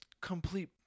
complete